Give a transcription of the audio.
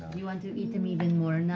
do you want to eat him even more now?